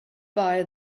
buy